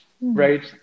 right